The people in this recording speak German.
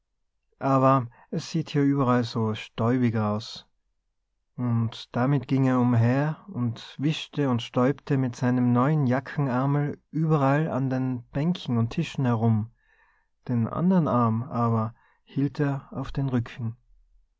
aber s sieht hier überall so stäubig aus und damit ging er umher und wischte und stäubte mit seinem neuen jackenärmel überall auf den bänken und tischen herum den andern arm aber hielt er auf den rücken